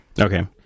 Okay